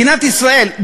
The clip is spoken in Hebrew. מדינת ישראל,